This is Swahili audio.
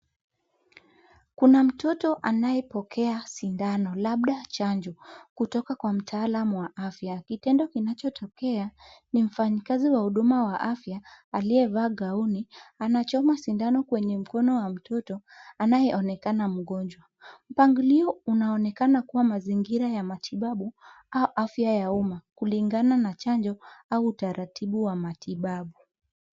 Kuna mtoto anayepokea sindano labda chanjo kutoka kwa mtaalamu wa afya. Kitendo kinachotokea ni mfanyakazi wa huduma za afya, aliyevaa gauni, anachoma sindano kwenye mkono wa mtoto anayeonekana mgonjwa. Mpangilio unaonekana kuwa ni mazingira ya matibabu au afya ya umma kulingana na chanjo au utaratibu wa matibabu.